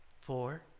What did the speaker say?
Four